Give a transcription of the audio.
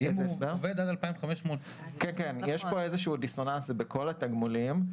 יש פה דיסוננס בכל התגמולים.